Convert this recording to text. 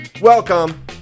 Welcome